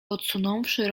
odsunąwszy